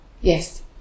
yes